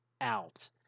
out